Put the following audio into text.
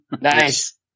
Nice